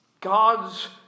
God's